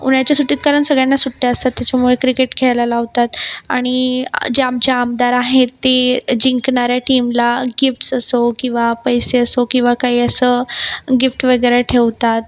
उन्हाळ्याच्या सुट्टीत कारण सगळ्यांना सुट्ट्या असतात त्याच्यामुळे क्रिकेट खेळायला लावतात आणि जे आमचे आमदार आहेत ते जिंकणाऱ्या टीमला गिफ्ट्स असो किंवा पैसे असो किंवा काही असं गिफ्ट वगैरे ठेवतात